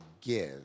Give